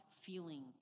feeling